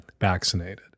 vaccinated